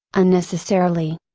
unnecessarily.